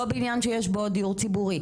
לא בניין שיש בו עוד דיור ציבורי,